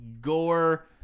gore